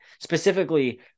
specifically